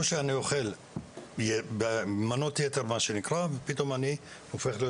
או שאני אוכל מנות יתר מה שנקרא ופתאום אני הופך להיות